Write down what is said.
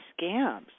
scams